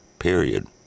Period